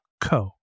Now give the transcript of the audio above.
co